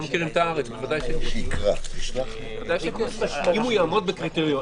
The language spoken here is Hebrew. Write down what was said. בוודאי שכן, אם הוא יעמוד בקריטריון,